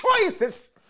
choices